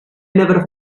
never